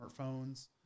smartphones